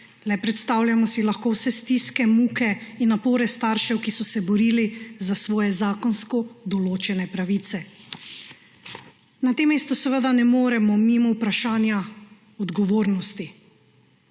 Le predstavljamo si lahko vse stiske, muke in napore staršev, ki so se borili za svoje zakonsko določene pravice. Na tem mestu seveda ne moremo mimo vprašanja odgovornosti.